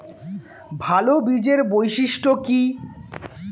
ভাল বীজের বৈশিষ্ট্য কী?